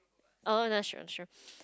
oh not sure unsure